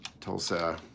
Tulsa